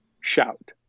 shout